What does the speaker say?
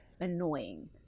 annoying